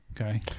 Okay